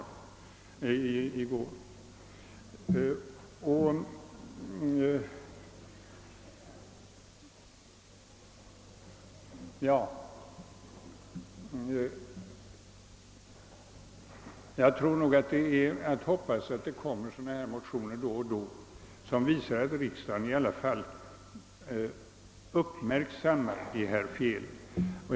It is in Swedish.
Man får i alla fall hoppas att det då och då kommer sådana här motioner, som visar att riksdagen dock uppmärksammar de fel och brister som påtalas.